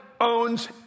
owns